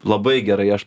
labai gerai aš